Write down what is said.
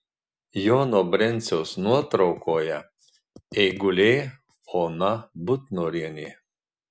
jono brenciaus nuotraukoje eigulė ona butnorienė